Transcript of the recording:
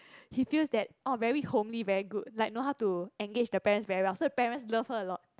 he feels that oh very homely very good like know how to engage the parent very well so parent love her a lot